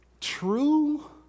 true